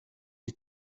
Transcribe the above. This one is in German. die